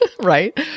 right